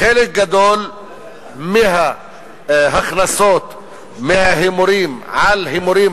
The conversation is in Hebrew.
חלק גדול מההכנסות מההימורים על ענפי